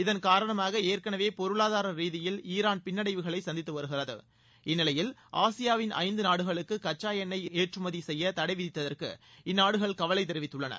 இதன் காரணமாக ஏற்கெனவே பொருளாதார ரீதியில் ஈரான் பின்னடைவுகளை சந்தித்து வருகிறது இந்நிலையில் ஆசியாவின் ஐந்து நாடுகளுக்கு கச்சா எண்ணொய் ஏற்றுமதி செய்ய தடை விதித்ததற்கு இந்நாடுகள் கவலை தெரிவித்துள்ளன